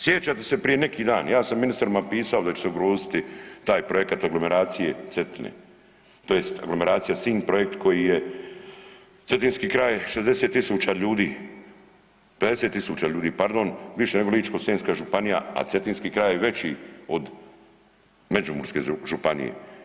Sjećate se prije neki dan, ja sam ministrima pisao da će se ugroziti taj projekat aglomeracije Cetine, tj. aglomeracija Sinj projekt koji je Cetinski kraj 60 000 ljudi, 50 000 ljudi pardon više nego Ličko-senjska županija, a cetinski kraj je veći od Međimurske županije.